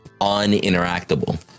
uninteractable